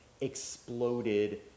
exploded